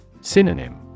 Synonym